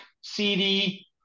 CD